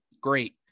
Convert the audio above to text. great